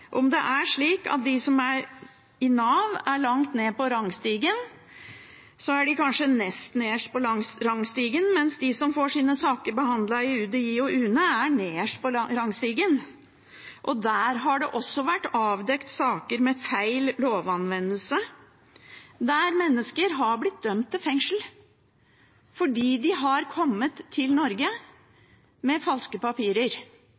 Om det er slik at de som er i Nav, er langt nede på rangstigen, er de kanskje nest nederst på rangstigen, mens de som får sine saker behandlet i UDI og UNE, er nederst på rangstigen. Der har det også vært avdekt saker med feil lovanvendelse der mennesker er blitt dømt til fengsel fordi de har kommet til Norge med falske papirer.